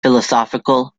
philosophical